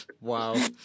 Wow